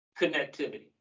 connectivity